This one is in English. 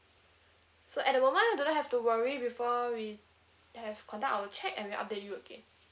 so at the moment you do not have to worry before we have conduct our check and we'll update you again